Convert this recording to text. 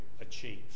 achieve